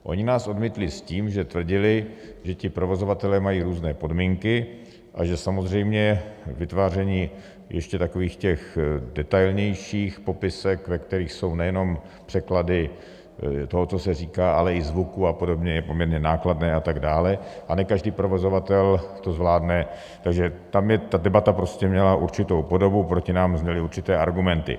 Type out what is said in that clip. Oni nás odmítli s tím, že tvrdili, že ti provozovatelé mají různé podmínky a že samozřejmě vytváření ještě takových detailnějších popisek, ve kterých jsou nejenom překlady toho, co se říká, ale i zvuku a podobně, je poměrně nákladné a tak dále, a ne každý provozovatel to zvládne, takže ta debata měla prostě určitou podobu, proti nám zněly určité argumenty.